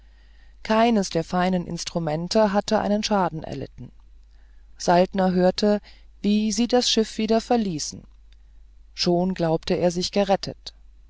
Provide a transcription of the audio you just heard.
keines der feinen instrumente hatte einen schaden erlitten saltner hörte wie sie das schiff wieder verließen schon glaubte er sich gerettet